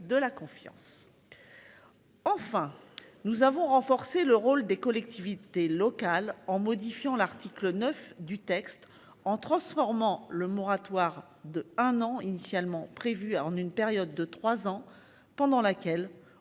de la confiance. Enfin, nous avons renforcé le rôle des collectivités locales en modifiant l'article 9 du texte en transformant le moratoire de un an. Initialement prévu à en une période de 3 ans pendant laquelle